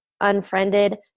unfriended